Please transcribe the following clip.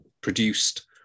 produced